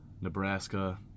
Nebraska